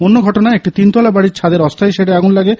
অন্যদিকে একটি তিনতলা বাড়ির ছাদের অস্থায়ী শেডে আগুন লাগে